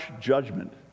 judgment